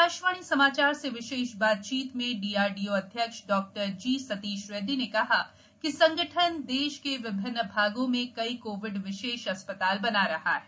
आकाशवाणी समाचार से विशेष बातचीत में डीआरडीओ अध्यक्ष डॉक्टर जी सतीश रेड़डी ने कहा कि संगठन देश के विभिन्न भागों में कई कोविड विशेष अस्पताल बना रहा है